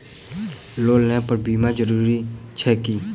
Loan लेबऽ पर बीमा जरूरी छैक की?